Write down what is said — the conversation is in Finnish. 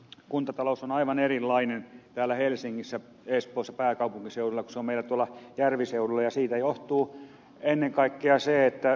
kuntatalous on aivan erilainen täällä helsingissä espoossa pääkaupunkiseudulla kuin se on meillä tuolla järviseudulla